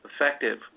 effective